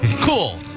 Cool